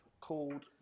called